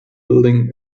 building